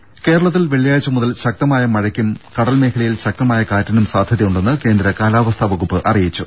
രെട കേരളത്തിൽ വെള്ളിയാഴ്ചമുതൽ ശക്തമായ മഴയ്ക്കും കടൽമേഖലയിൽ ശക്തമായ കാറ്റിനും സാധ്യതയുണ്ടെന്ന് കേന്ദ്ര കാലാവസ്ഥാ വകുപ്പ് അറിയിച്ചു